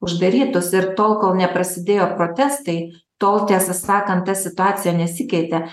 uždarytus ir tol kol neprasidėjo protestai tol tiesą sakant ta situacija nesikeitė